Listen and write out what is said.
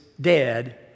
dead